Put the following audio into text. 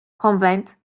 convent